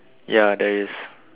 ya there is